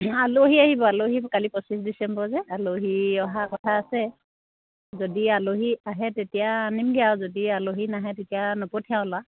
আলহী আহিব আলহী কালি পঁচিছ ডিচেম্বৰ যে আলহী অহা কথা আছে যদি আলহী আহে তেতিয়া আনিমগৈ আৰু যদি আলহী নাহে তেতিয়া নপঠিয়াও ল'ৰাক